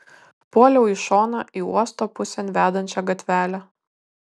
puoliau į šoną į uosto pusėn vedančią gatvelę